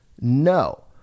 no